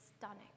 stunning